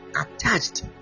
attached